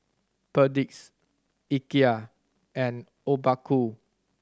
Perdix Ikea and Obaku